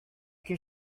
que